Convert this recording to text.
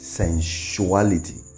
sensuality